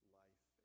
life